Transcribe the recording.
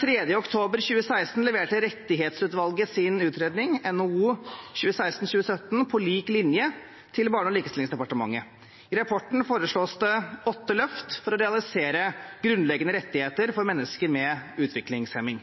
3. oktober 2016 leverte rettighetsutvalget sin utredning NOU 2016: 17, På lik linje, til Barne- og likestillingsdepartementet. I rapporten foreslås det åtte løft for å realisere grunnleggende rettigheter for mennesker med utviklingshemning.